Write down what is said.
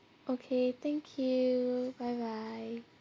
okay thank you bye bye